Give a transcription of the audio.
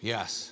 Yes